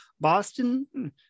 Boston